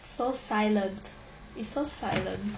so silent it's so silent